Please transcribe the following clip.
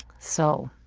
so,